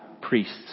priests